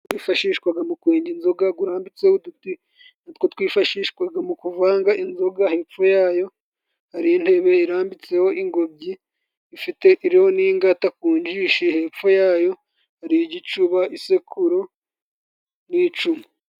Gwifashishwaga mu kwenga inzoga, gurambitseho uduti natwo twifashishwaga mu kuvanga inzoga hepfo yayo hari intebe irambitseho ingobyi ,ifite iriho n'ingata ku njishi hepfo yayo hari igicuba , isekuro n'icumu.